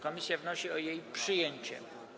Komisja wnosi o jej przyjęcie.